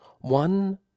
One